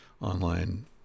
online